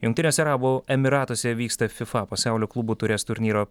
jungtiniuose arabų emyratuose vyksta fifa pasaulio klubų taurės turnyro